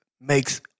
makes